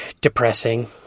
depressing